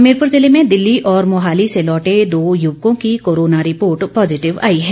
हमीरपुर जिले में दिल्ली और मोहाली से लौटे दो यूवकों की कोरोना रिपोर्ट पॉजिटिव आई है